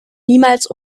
niemals